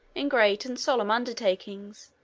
in great and solemn undertakings,